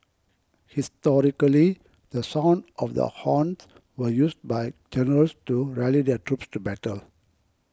historically the sound of the horns were used by generals to rally their troops to battle